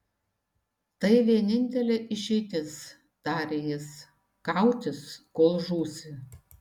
tai vienintelė išeitis tarė jis kautis kol žūsi